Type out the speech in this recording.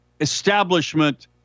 establishment